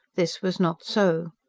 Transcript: this was not so.